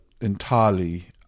entirely